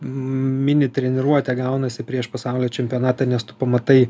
mini treniruotė gaunasi prieš pasaulio čempionatą nes tu pamatai